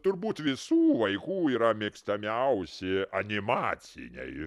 turbūt visų vaikų yra mėgstamiausi animaciniai